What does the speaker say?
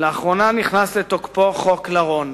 לאחרונה נכנס לתוקפו חוק לרון,